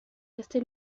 resté